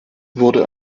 wurde